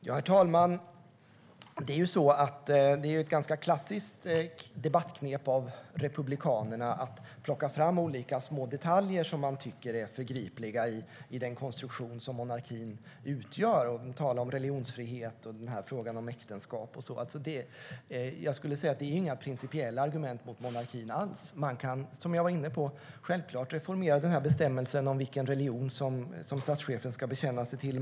Herr talman! Det är ett ganska klassiskt debattknep av republikanerna att plocka fram olika små detaljer som man tycker är förgripliga i den konstruktion som monarkin utgör. Man talar om religionsfrihet och frågan om äktenskap och så vidare. Jag skulle säga att det inte är några principiella argument mot monarkin alls. Man kan, som jag var inne på, självklart reformera bestämmelsen om vilken religion som statschefen ska bekänna sig till.